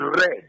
red